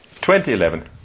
2011